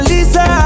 Lisa